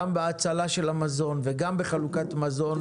גם בהצלה של המזון וגם בחלוקת מזון.